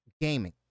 gaming